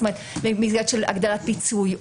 במסגרת של הגדלת פיצוי,